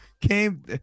came